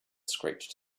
screeched